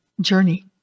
journey